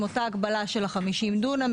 עם אותה הגבלה של ה-50 דונם,